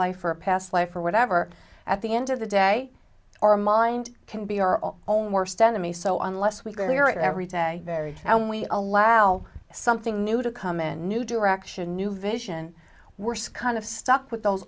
life or a past life or whatever at the end of the day or mind can be our own worst enemy so unless we go there every day very and we allow something new to come in new direction new vision worse and of stuck with those